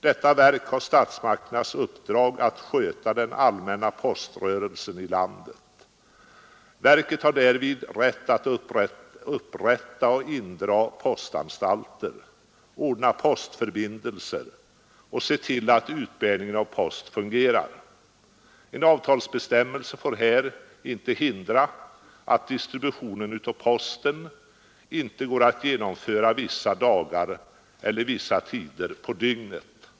Detta verk har statsmakternas uppdrag att sköta den allmänna poströrelsen i landet. Verket har därvid rätt att upprätta och indraga postanstalter, ordna postförbindelser och se till att utbärningen av post fungerar. En avtalsbestämmelse får här inte hindra att distributionen av post går att genomföra vissa dagar eller vissa tider på dygnet.